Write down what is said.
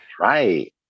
right